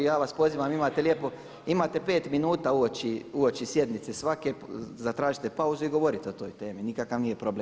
Ja vas pozivam, imate lijepo, imate 5 minuta uoči sjednice svake, zatražite pauzu i govorite o toj temi, nikakav nije problem.